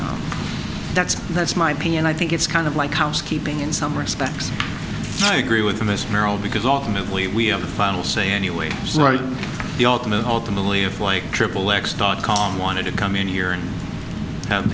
forward that's that's my opinion i think it's kind of like housekeeping in some respects i agree with mr merrill because ultimately we have the final say anyway right the ultimate ultimately if like triple x dot com wanted to come in here and have